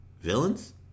villains